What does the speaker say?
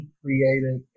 created